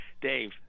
Dave